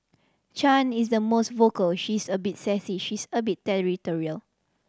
Chan is the most vocal she is a bit sassy she's a bit territorial